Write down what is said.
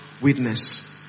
witness